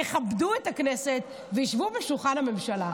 יכבדו את הכנסת וישבו בשולחן הממשלה.